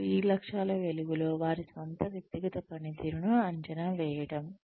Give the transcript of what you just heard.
మరియు ఈ లక్ష్యాల వెలుగులో వారి స్వంత వ్యక్తిగత పనితీరును అంచనా వేయడం